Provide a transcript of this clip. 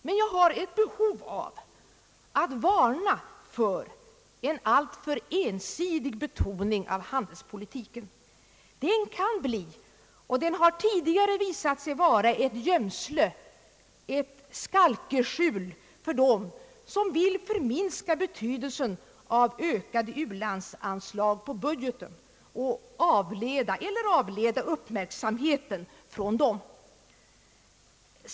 Men jag har ett behov av att varna för en alltför ensidig betoning av handelspolitiken. Den kan bli och den har tidigare visat sig vara ett gömsle, ett skalkeskjul, för dem som vill förminska betydelsen av ökade ulandsanslag på budgeten eller avleda uppmärksamheten från dem.